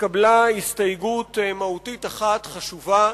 התקבלה הסתייגות מהותית אחת חשובה,